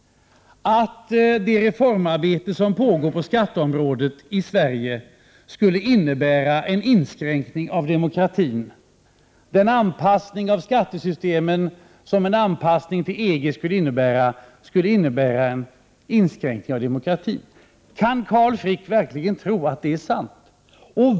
1988/89:129 det reformarbete som pågår på skatteområdet i Sverige skulle innebära en inskränkning av demokratin, att den anpassning av skattesystemet som en anpassning till EG skulle innebära skulle medföra inskränkningar i demokratin? Kan Carl Frick verkligen tro att det är sant?